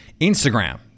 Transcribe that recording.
Instagram